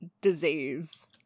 disease